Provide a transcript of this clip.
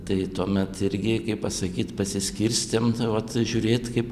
tai tuomet irgi pasakyt pasiskirstėm vat žiūrėt kaip